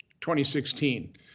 2016